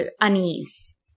unease